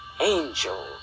angel